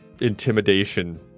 intimidation